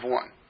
one